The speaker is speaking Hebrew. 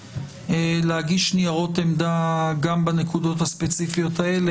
להגיש ניירות עמדה גם בנקודות הספציפיות האלה.